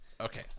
Okay